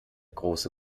große